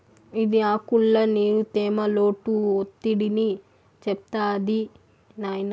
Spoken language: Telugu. ఇది ఆకుల్ల నీరు, తేమ, లోటు ఒత్తిడిని చెప్తాది నాయినా